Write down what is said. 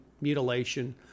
mutilation